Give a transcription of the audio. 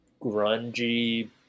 grungy